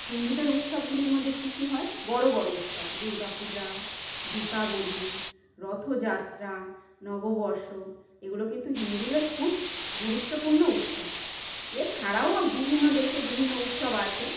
হিন্দুদের উৎসবগুলির মধ্যে কি কি হয় বড়ো বড়ো উৎসব দুর্গাপূজা দীপাবলি রথযাত্রা নববর্ষ এগুলো কিন্তু হিন্দুদের খুব গুরুত্বপূর্ণ উৎসব এছাড়াও বিভিন্ন দেশে বিভিন্ন উৎসব আছে